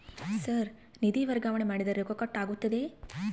Sir ನಿಧಿ ವರ್ಗಾವಣೆ ಮಾಡಿದರೆ ರೊಕ್ಕ ಕಟ್ ಆಗುತ್ತದೆಯೆ?